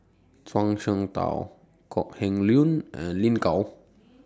Zhuang Shengtao Kok Heng Leun and Lin Gao